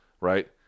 right